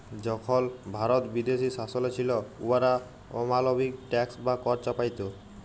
যখল ভারত বিদেশী শাসলে ছিল, উয়ারা অমালবিক ট্যাক্স বা কর চাপাইত